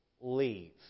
Leave